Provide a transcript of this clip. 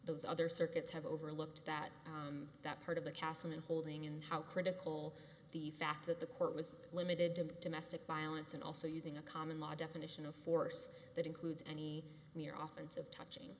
those other circuits have overlooked that that part of the castle in holding and how critical the fact that the court was limited to domestic violence and also using a common law definition of force that includes any mere oftens of touching